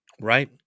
Right